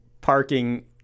parking